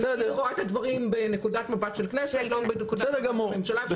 רואה את הדברים מנקודת מבט של כנסת ולא מנקודת מבט של ממשלה.